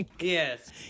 Yes